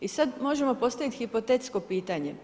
I sad možemo postaviti hipotetsko pitanje.